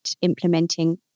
implementing